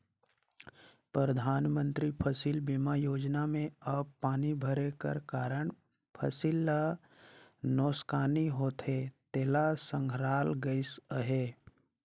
परधानमंतरी फसिल बीमा योजना में अब पानी भरे कर कारन फसिल ल नोसकानी होथे तेला संघराल गइस अहे